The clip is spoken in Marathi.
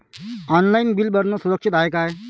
ऑनलाईन बिल भरनं सुरक्षित हाय का?